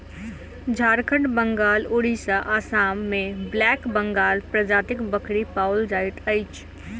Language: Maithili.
झारखंड, बंगाल, उड़िसा, आसाम मे ब्लैक बंगाल प्रजातिक बकरी पाओल जाइत अछि